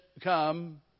come